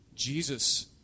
Jesus